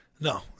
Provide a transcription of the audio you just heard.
No